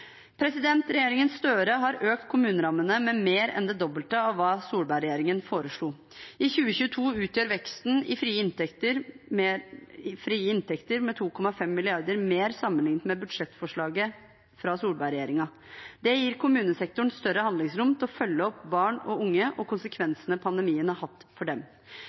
har økt kommunerammene med mer enn det dobbelte av hva Solberg-regjeringen foreslo. I 2022 utgjør veksten i de frie inntektene 2,5 mrd. kr mer enn budsjettforslaget fra Solberg-regjeringen la opp til. Det gir kommunesektoren større handlingsrom til å følge opp barn og unge og konsekvensene pandemien har hatt for dem.